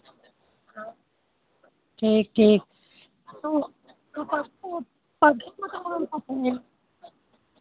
हाँ ठीक ठीक तो तो परसों परसों काे तो हमकाे चाहिए